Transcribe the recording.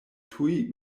tuj